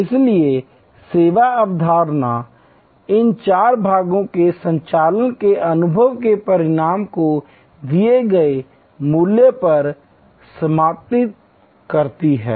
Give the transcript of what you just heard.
इसलिए सेवा अवधारणा इन चार भागों के संचालन के अनुभव के परिणाम को दिए गए मूल्य पर समानित करती है